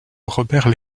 robert